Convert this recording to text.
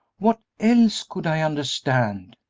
what else could i understand?